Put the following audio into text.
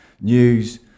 news